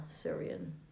Syrian